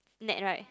net right